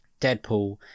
Deadpool